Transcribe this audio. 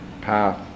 path